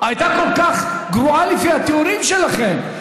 הייתה כל כך גרועה, לפי התיאורים שלכם.